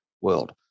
world